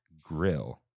Grill